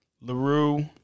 LaRue